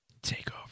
Takeover